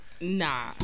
Nah